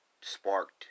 sparked